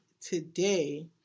Today